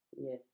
Yes